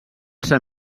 ser